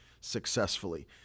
successfully